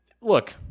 Look